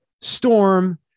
Storm